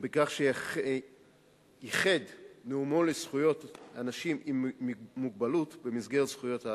בכך שייחד את נאומו לזכויות אנשים עם מוגבלות במסגרת זכויות האדם.